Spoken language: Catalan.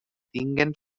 tinguen